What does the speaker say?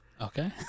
Okay